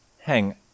hang